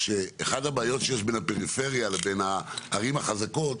שאחת הבעיות שיש בין הפריפריה לבין הערים החזקות,